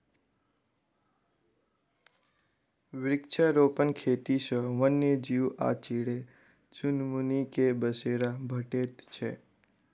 वृक्षारोपण खेती सॅ वन्य जीव आ चिड़ै चुनमुनी के बसेरा भेटैत छै